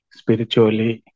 spiritually